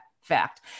fact